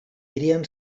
hirian